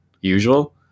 usual